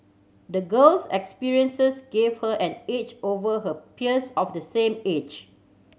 the girl's experiences gave her an edge over her peers of the same age